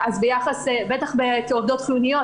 בטח עובדות חיוניות,